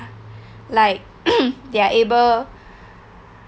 like they're able